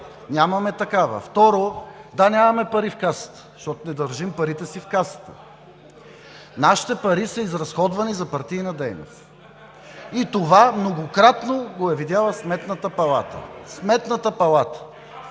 нямаме такава. Второ – да, нямаме пари в касата, защото не държим парите си в касата. Нашите пари са изразходвани за партийна дейност. И това многократно го е видяла Сметната палата. Сметната палата!